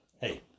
hey